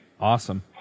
Awesome